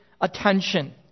attention